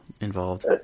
involved